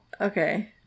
Okay